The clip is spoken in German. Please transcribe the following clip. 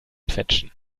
quetschen